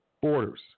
borders